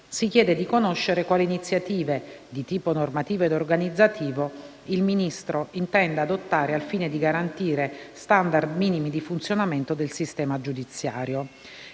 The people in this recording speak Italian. si chiede di conoscere quali iniziative, di tipo normativo ed organizzativo, il Ministro intenda adottare al fine di garantire *standard* minimi di funzionamento del sistema giudiziario.